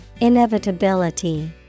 Inevitability